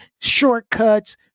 shortcuts